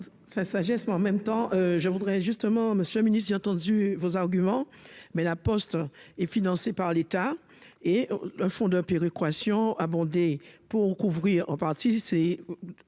en même temps je voudrais justement, Monsieur le Ministre, j'ai entendu vos arguments, mais la Poste et financée par l'État et le fonds de péréquation abondé pour couvrir en partie s'est